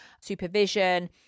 supervision